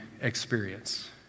experience